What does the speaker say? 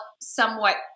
somewhat